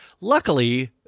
luckily